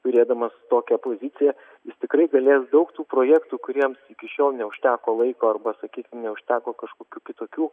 turėdamas tokią poziciją jis tikrai galės daug tų projektų kuriems iki šiol neužteko laiko arba sakykim neužteko kažkokių kitokių